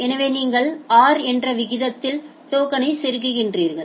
எனவே நீங்கள் r என்ற விகிதத்தில் டோக்கனை செருகுகிறீர்கள்